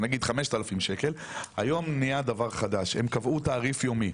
למשל 5,000 היום נהיה דבר חדש הם קבעו תעריף יומי.